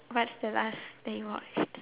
what's the last that you watched